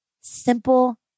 Simple